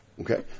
Okay